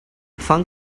funk